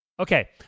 Okay